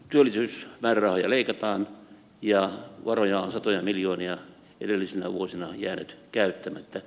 kuitenkin työllisyysmäärärahoja leikataan ja varoja on satoja miljoonia edellisinä vuosina jäänyt käyttämättä